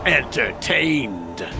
entertained